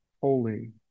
holy